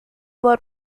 por